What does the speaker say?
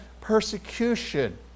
persecution